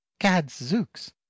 gadzooks